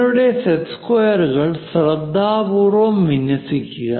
നിങ്ങളുടെ സെറ്റ് സ്ക്വയറുകൾ ശ്രദ്ധാപൂർവ്വം വിന്യസിക്കുക